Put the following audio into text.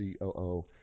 COO